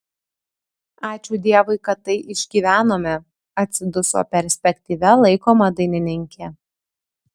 ačiū dievui kad tai išgyvenome atsiduso perspektyvia laikoma dainininkė